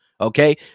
Okay